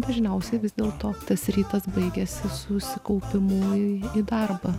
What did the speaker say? dažniausiai vis dėlto tas rytas baigiasi susikaupimu į darbą